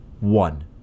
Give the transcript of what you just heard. One